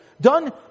done